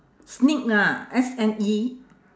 sneak lah S N E